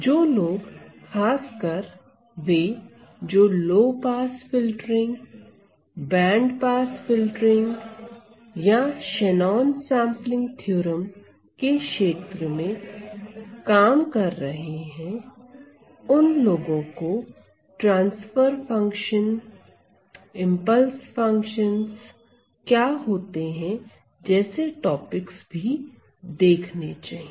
जो लोग खासकर वे जो low pass filtering band pass filtering या Shannon sampling theorem low pass filtering band pass filtering or Shannon sampling theorem के क्षेत्र में काम कर रहे हैं उन लोगों को transfer function impulse response function transfer functionsimpulse response functions क्या होते हैं जैसे टॉपिक्स भी देखने चाहिए